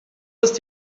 ist